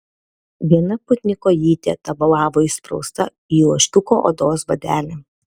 viena putni kojytė tabalavo įsprausta į ožkiuko odos batelį